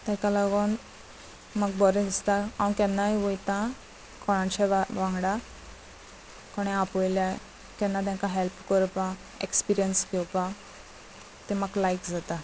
तेका लागून म्हाका बरें दिसता हांव केन्नाय वयता कोणाच्या वांगडा कोणे आपयल्या केन्ना तेंका हेल्प करपाक एक्सपिरियन्स घेवपाक ते म्हाका लायक जाता